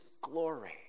glory